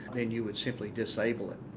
then you would simply disable it.